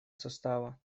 состава